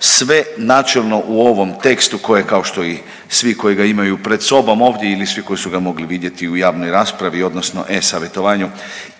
sve načelno u ovom tekstu koje kao što i svi koji ga imaju pred sobom ovdje ili svi koji su ga mogli vidjeti u javnoj raspravi odnosno e-savjetovanju